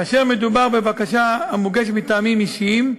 כאשר מדובר בבקשה המוגשת מטעמים אישיים,